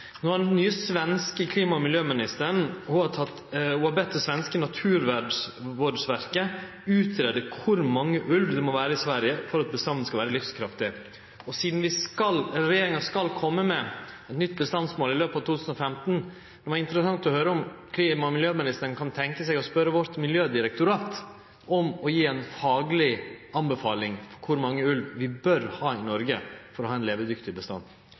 har den nye svenske klima- og miljøministeren bedt det svenske Naturvårdsverket greie ut kor mange ulvar det må vere i Sverige for at bestanden skal vere livskraftig. Sidan regjeringa skal kome med eit nytt bestandsmål i løpet av 2015, kunne det vere interessant å høyre om klima- og miljøministeren kan tenkje seg å spørje Miljødirektoratet vårt om å gje ei fagleg tilråding om kor mange ulvar vi bør ha i Noreg for å ha ein levedyktig bestand.